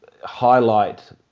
highlight